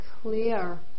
clear